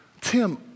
Tim